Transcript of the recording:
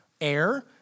air